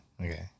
Okay